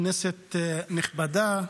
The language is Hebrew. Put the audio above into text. כנסת נכבדה,